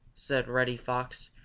said reddy fox,